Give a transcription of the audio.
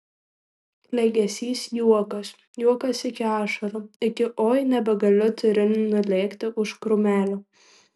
klegesys juokas juokas iki ašarų iki oi nebegaliu turiu nulėkti už krūmelio